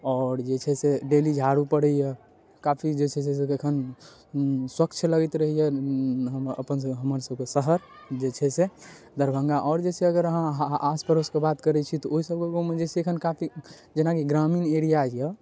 आओर जे छै से डेली झाड़ू पड़इए काफी जे छै से एखन स्वच्छ लगैत रहइए हमर अपन सबके हमर सबके शहर जे छै से दरभङ्गा आओर जे छै अहाँ आस पड़ोसके बात करय छी तऽ ओइ सबके गाममे जे छै एखन काफी जेनाकी ग्रामिण एरिया यऽ